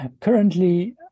Currently